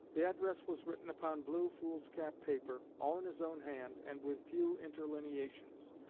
the address was written upon blue foolscap paper, all in his own hand, and with few interlineations.